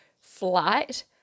flight